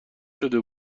شده